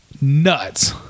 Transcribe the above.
nuts